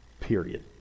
period